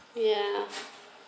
ya